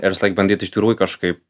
ir visą laik bandyt iš tikrųjų kažkaip